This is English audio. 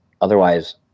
otherwise